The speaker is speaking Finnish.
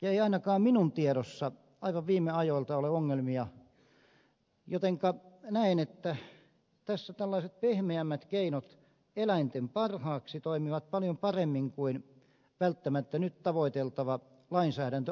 ja ei ainakaan minun tiedossani aivan viime ajoilta ole ongelmia jotenka näen että tässä tällaiset pehmeämmät keinot eläinten parhaaksi toimivat paljon paremmin kuin välttämättä nyt tavoiteltava lainsäädäntö ankarimmillaan